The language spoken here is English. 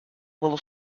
little